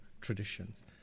traditions